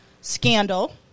Scandal